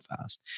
fast